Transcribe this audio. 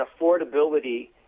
affordability